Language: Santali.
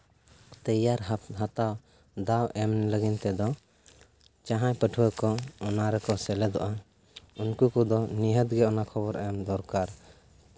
ᱛᱮᱭᱟᱨ ᱦᱟᱛᱟᱣ ᱫᱟᱣ ᱞᱟᱹᱜᱤᱫ ᱛᱮᱫᱚ ᱡᱟᱦᱟᱸᱭ ᱯᱟᱹᱴᱷᱩᱣᱟᱹ ᱠᱚ ᱚᱱᱟ ᱨᱮᱠᱚ ᱥᱮᱞᱮᱫᱚᱜᱼᱟ ᱩᱱᱠᱩ ᱠᱚᱫᱚ ᱱᱤᱦᱟᱹᱛ ᱜᱮ ᱚᱱᱟ ᱠᱷᱚᱵᱚᱨ ᱮᱢ ᱫᱚᱨᱠᱟᱨ